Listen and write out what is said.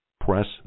press